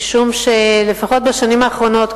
משום שלפחות בשנים האחרונות,